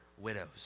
widows